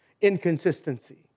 Inconsistency